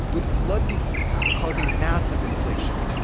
would flood the east, causing massive inflation.